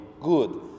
good